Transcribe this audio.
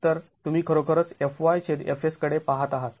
तर तुम्ही खरोखरच FyFs कडे पहात आहात